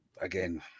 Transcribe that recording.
Again